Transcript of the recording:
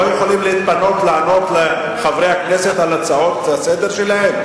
ולא יכולים להתפנות לענות לחברי הכנסת על הצעות לסדר-היום שלהם?